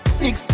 six